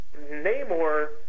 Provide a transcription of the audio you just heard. Namor